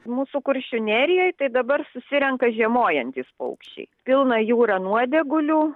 mūsų kuršių nerijoj tai dabar susirenka žiemojantys paukščiai pilna jūra nuodėgulių